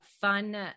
fun